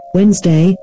Wednesday